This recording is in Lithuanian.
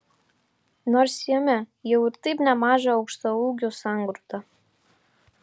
nors jame jau ir taip nemaža aukštaūgių sangrūda